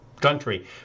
Country